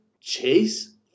Chase